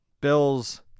Bills